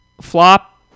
Flop